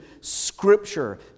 Scripture